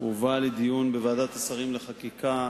הובאה לדיון בוועדת השרים לחקיקה,